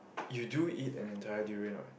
you do eat an entire durian what